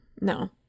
No